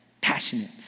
passionate